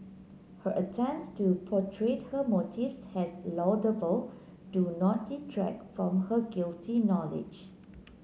her attempts to portray her motives as laudable do not detract from her guilty knowledge